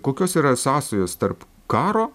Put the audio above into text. kokios yra sąsajos tarp karo